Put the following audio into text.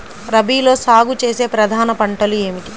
రబీలో సాగు చేసే ప్రధాన పంటలు ఏమిటి?